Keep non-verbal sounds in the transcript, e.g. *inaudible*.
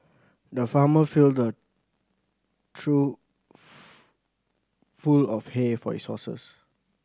the farmer filled a trough *unintelligible* full of hay for his horses